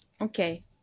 okay